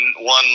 one